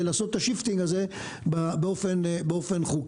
לעשות את ה-shifting הזה באופן חוקי.